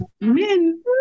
men